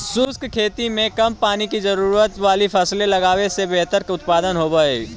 शुष्क खेती में कम पानी की जरूरत वाली फसलें लगावे से बेहतर उत्पादन होव हई